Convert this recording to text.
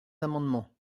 amendements